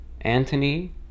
Anthony